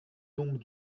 donc